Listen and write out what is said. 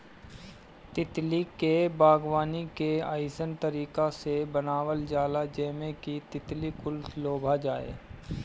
तितली के बागवानी के अइसन तरीका से बनावल जाला जेमें कि तितली कुल लोभा जाये